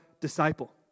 disciple